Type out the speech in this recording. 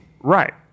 Right